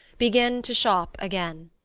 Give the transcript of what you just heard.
begin to shop again.